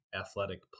athletic